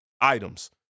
items